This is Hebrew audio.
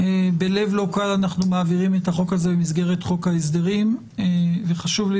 בלב לא קל אנחנו מעבירים את החוק הזה במסגרת חוק ההסדרים וחשוב לי